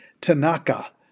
Tanaka